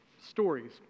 stories